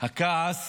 הכעס